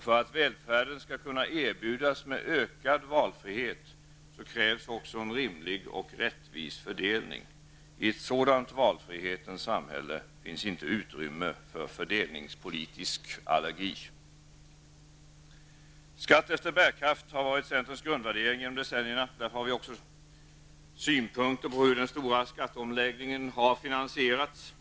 För att välfärden skall kunna erbjudas med ökad valfrihet krävs också en rimlig och rättvis fördelning. I ett sådant valfrihetens samhälle finns inte utrymme för fördelningspolitisk allergi. Skatt efter bärkraft har varit centerns grundvärdering genom decennierna. Därför har vi också synpunkter på hur den stora skatteomläggningen har finansierats.